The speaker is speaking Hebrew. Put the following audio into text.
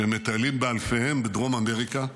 שמטיילים באלפיהם בדרום אמריקה,